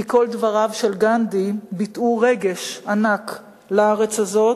כי כל דבריו של גנדי ביטאו רגש ענק לארץ הזאת,